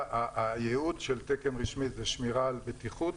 הייעוד של תקן רשמי הוא שמירה על בטיחות.